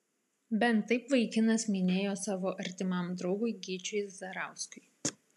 bent taip vaikinas minėjo savo artimam draugui gyčiui zarauskui